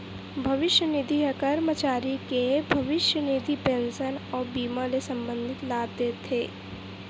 भविस्य निधि ह करमचारी के भविस्य निधि, पेंसन अउ बीमा ले संबंधित लाभ देथे